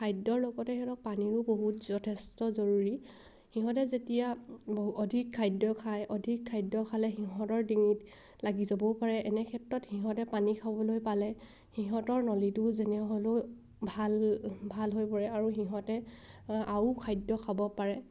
খাদ্যৰ লগতে সিহঁতক পানীৰো বহুত যথেষ্ট জৰুৰী সিহঁতে যেতিয়া বহু অধিক খাদ্য খায় অধিক খাদ্য খালে সিহঁতৰ ডিঙিত লাগি যাবও পাৰে এনে ক্ষেত্ৰত সিহঁতে পানী খাবলৈ পালে সিহঁতৰ নলীটোও যেনে হ'লেও ভাল ভাল হৈ পৰে আৰু সিহঁতে আৰু খাদ্য খাব পাৰে